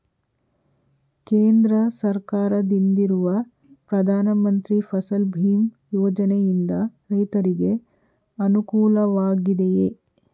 ಕೇಂದ್ರ ಸರ್ಕಾರದಿಂದಿರುವ ಪ್ರಧಾನ ಮಂತ್ರಿ ಫಸಲ್ ಭೀಮ್ ಯೋಜನೆಯಿಂದ ರೈತರಿಗೆ ಅನುಕೂಲವಾಗಿದೆಯೇ?